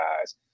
guys